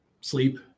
sleep